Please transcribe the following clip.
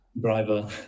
driver